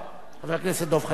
חבר הכנסת דב חנין, בבקשה.